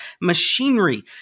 machinery